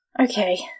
Okay